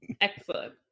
excellent